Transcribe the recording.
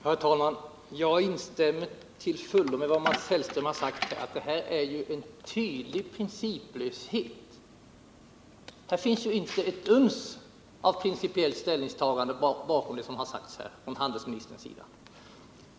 Herr talman! Jag instämmer till fullo i vad Mats Hellström har sagt, att detta är en tydlig principlöshet. Det finns ju inte ett uns av principiellt ställningstagande bakom det som har sagts här av handelsministern.